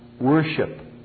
worship